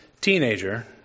teenager